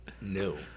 No